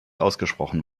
ausgesprochen